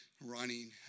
running